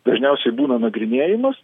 dažniausiai būna nagrinėjimas